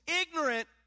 ignorant